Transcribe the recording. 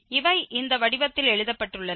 இவை இந்த வடிவத்தில் எழுதப்பட்டுள்ளன